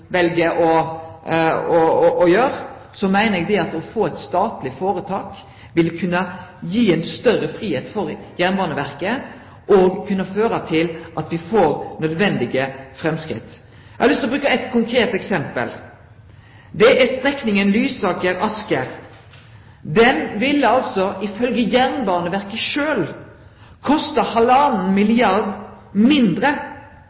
å få eit statleg føretak vil kunne gi større fridom for Jernbaneverket og føre til at me får nødvendige framsteg. Eg har lyst til å bruke eit konkret eksempel, og det er strekninga Lysaker–Asker. Ho ville altså, ifølgje Jernbaneverket sjølv, ha kosta halvannan milliard mindre